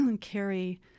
carry